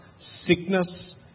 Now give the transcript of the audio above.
sickness